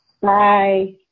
Bye